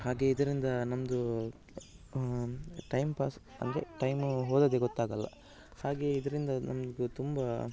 ಹಾಗೇ ಇದರಿಂದ ನಮ್ಮದು ಟೈಮ್ ಪಾಸ್ ಅಂದರೆ ಟೈಮು ಹೋದದ್ದೆ ಗೊತ್ತಾಗಲ್ಲ ಹಾಗೇ ಇದರಿಂದ ನಮ್ಗೆ ತುಂಬ